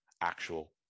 actual